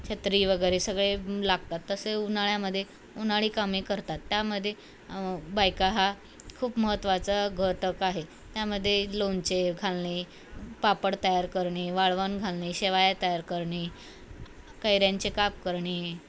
छत्री वगैरे सगळे लागतात तसे उन्हाळ्यामध्ये उन्हाळी कामे करतात त्यामध्ये बायका हा खूप महत्त्वाचा घटक आहे त्यामध्ये लोणचे घालणे पापड तयार करणे वाळवन घालणे शेवाया तयार करणे कैऱ्यांचे काप करणे